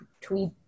tweet